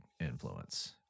influence